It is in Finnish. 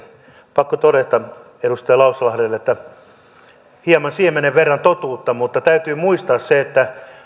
pakko todeta edustaja lauslahdelle että siinä oli hieman siemenen verran totuutta mutta täytyy muistaa se että